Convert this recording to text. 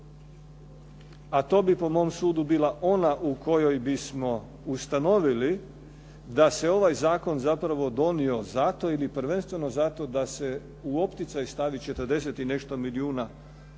a to bi po mom sudu bila ona u kojoj bismo ustanovili da se ovaj zakon zapravo donio zato ili prvenstveno zato da se u opticaj stavi 40 i nešto milijuna osnovne